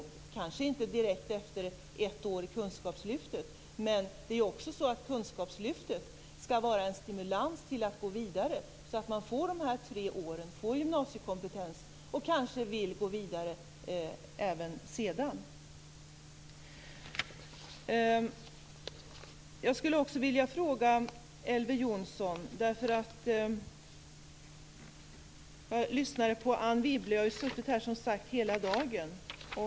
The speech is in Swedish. Det kanske inte kommer att finnas jobb direkt efter ett år i kunskapslyftet, men kunskapslyftet skall också vara en stimulans till att gå vidare så att man får de här tre åren med gymnasiekompetens, och kanske vill gå vidare även sedan. Jag skall fråga Elver Jonsson om en sak. Jag lyssnade på Anne Wibble - jag har som sagt suttit här hela dagen.